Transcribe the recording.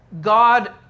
God